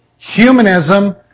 Humanism